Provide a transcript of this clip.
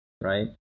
Right